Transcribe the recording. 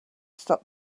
stop